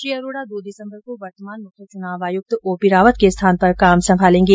श्री अरोडा दो दिसम्बर को वर्तमान मुख्य चुनाव आयुक्त ओ पी रावत के स्थान पर काम संभालेंगे